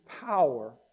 power